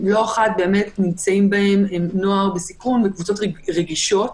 לא אחת נמצאים בהם נוער בסיכון וקבוצות רגישות.